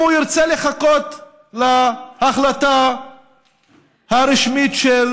אם הוא ירצה לחכות להחלטה הרשמית של